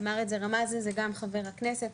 רמז על זה גם חבר הכנסת.